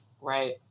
right